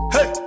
Hey